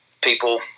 People